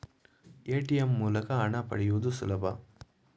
ATM ಮೂಲಕ ಹಣ ಪಡೆಯುವುದು ಸುಲಭ